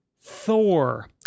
Thor